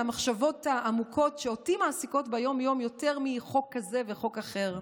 מהמחשבות העמוקות שאותי מעסיקות ביום-יום יותר מחוק כזה וחוק אחר,